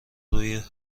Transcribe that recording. روی